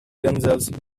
themselves